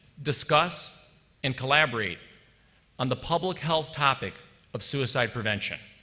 discuss and collaborate on the public health topic of suicide prevention.